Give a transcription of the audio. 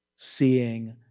seeing,